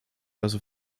also